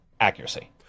accuracy